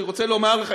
אני רוצה לומר לך,